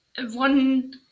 one